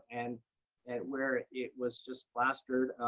and and where it was just plastered.